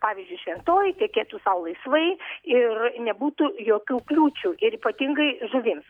pavyzdžiuišventoji tekėtų sau laisvai ir nebūtų jokių kliūčių ir ypatingai žuvims